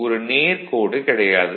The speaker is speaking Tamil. ஒரு நேர் கோடு கிடையாது